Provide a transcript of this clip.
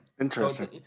Interesting